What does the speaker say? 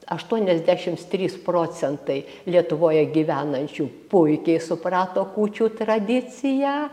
aštuoniasdešims trys procentai lietuvoje gyvenančių puikiai suprato kūčių tradiciją